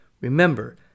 remember